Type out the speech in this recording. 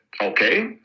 Okay